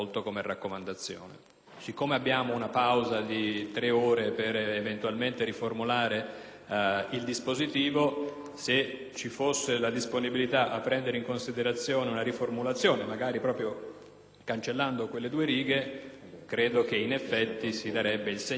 se ci fosse la disponibilità a prendere in considerazione una riformulazione magari proprio cancellando quelle due righe, credo che in effetti si darebbe il segnale, che si auspicava poco fa durante la discussione generale, di avere una legge sotto la quale tutti siamo da trattare nello stesso modo.